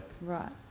Right